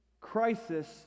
crisis